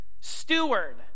steward